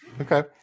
okay